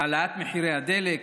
העלאת מחירי הדלק,